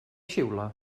xiula